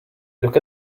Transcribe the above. look